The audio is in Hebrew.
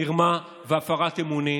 מרמה והפרת אמונים,